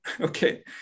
Okay